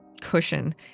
Cushion